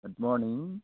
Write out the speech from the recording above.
good morning